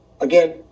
Again